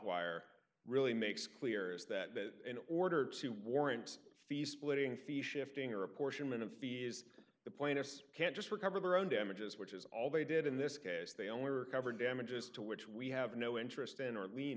wire really makes clear is that in order to warrant fees splitting fee shifting or apportionment of fees the plaintiffs can't just recover their own damages which is all they did in this case they only recover damages to which we have no interest in our l